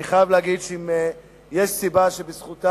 אבל אני חייב להגיד שאם יש סיבה שבזכותה